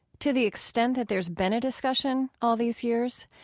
to the extent that there's been a discussion all these years,